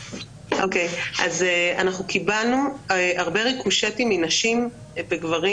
שאנחנו קיבלנו הרבה ריקושטים מנשים וגברים